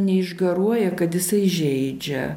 neišgaruoja kad jisai žeidžia